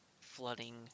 flooding